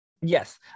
Yes